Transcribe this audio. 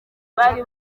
bari